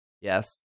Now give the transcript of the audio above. yes